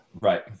Right